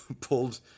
pulled